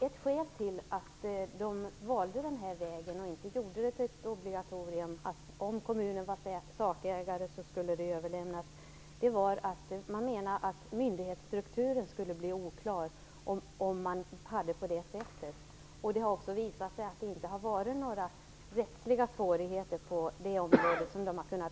Ett skäl till att man valde den här vägen och inte gjorde det till ett obligatorium - dvs. om kommunen var sakägare skulle ärendet överlämnas - är att man menar att myndighetsstrukturen på det sättet blir oklar. Det har också visat sig att det inte gått att peka på några rättsliga svårigheter på det området.